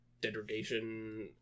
degradation